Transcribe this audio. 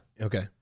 Okay